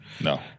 No